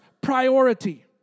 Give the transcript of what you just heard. priority